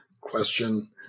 question